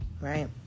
right